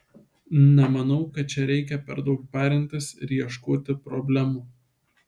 nemanau kad čia reikia per daug parintis ir ieškoti problemų